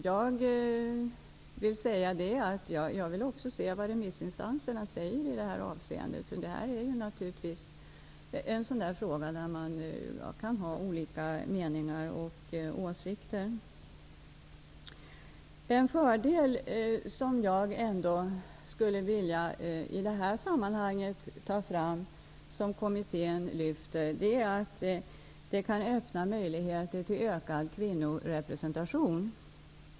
Jag vill också se vad remissinstanserna säger i det här avseendet. Det här är naturligtvis en fråga som man kan ha olika meningar och åsikter i. En fördel som jag i detta sammanhang vill ta fram och som kommittén pekat på är att detta kan öppna möjligheter till ökad kvinnorepresentation.